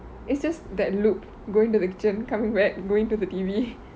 it's just that loop going to the kitchen coming back going to the T_V